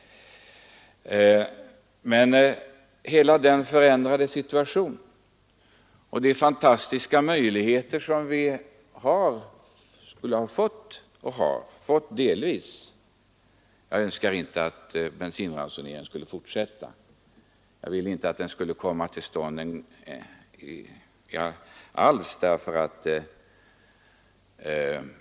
Men vi hade en helt ny situation och skulle ha fått — vi har det delvis — fantastiska möjligheter till nya utvärderingar. Jag önskade naturligtvis inte att bensinransoneringen skulle fortsätta; jag ville inte att den över huvud taget skulle komma till stånd.